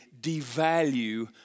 devalue